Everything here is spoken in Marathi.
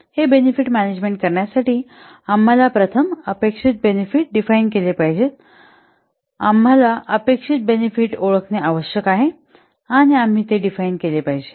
हे बेनिफिट मॅनेजमेंट करण्यासाठी आम्हाला प्रथम अपेक्षित बेनिफिट डिफाइन केले पाहिजेत आम्हाला अपेक्षित बेनिफिट ओळखणे आवश्यक आहे आम्ही ते डिफाइन केले पाहिजे